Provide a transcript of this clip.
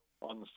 on